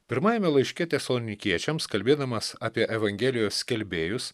pirmajame laiške tesalonikiečiams kalbėdamas apie evangelijos skelbėjus